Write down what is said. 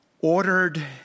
ordered